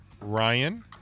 ryan